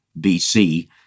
BC